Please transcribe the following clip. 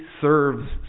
serves